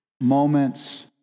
moments